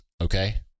okay